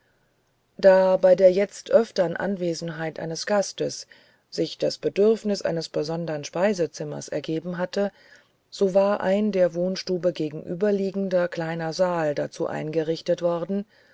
da bei der jetzt öftern anwesenheit eines gastes sich das bedürfnis eines besondern speisezimmers ergeben hatte so war ein der wohnstube gegenüberliegender kleiner saal dazu eingerichtet worden